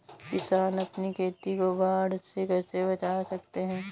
किसान अपनी खेती को बाढ़ से कैसे बचा सकते हैं?